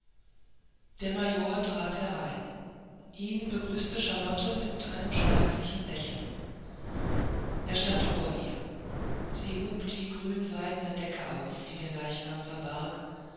der major trat herein ihn begrüßte charlotte mit einem schmerzlichen lächeln er stand vor ihr sie hub die grünseidne decke auf die den leichnam verbarg